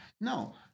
No